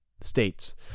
states